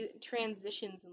transitions